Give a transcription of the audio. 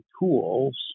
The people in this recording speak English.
tools